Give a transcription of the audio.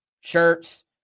shirts